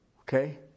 okay